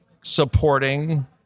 supporting